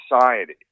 society